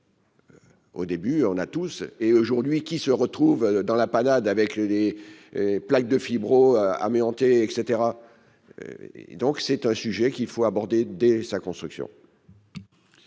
Au début, on a tous et, aujourd'hui, qui se retrouvent dans la panade avec les plaques de fibro amiantés et cetera et donc c'est un sujet qu'il faut aborder dès sa construction.